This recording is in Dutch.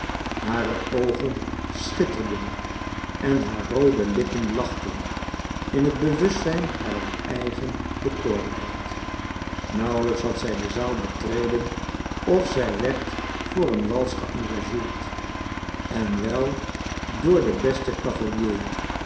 hare oogen schitterden en haar roode lippen lachten in het bewustzijn harer eigen bekoorlijkheid nauwelijks had zij de zaal betreden of zij werd voor een wals geëngageerd en wel door den besten